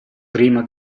prima